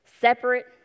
Separate